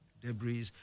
Debris